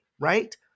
right